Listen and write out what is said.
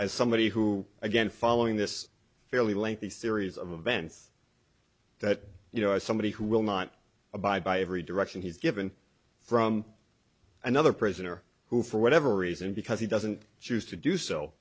as somebody who again following this fairly lengthy series of events that you know as somebody who will not abide by every direction he's given from another prisoner who for whatever reason because he doesn't choose to do so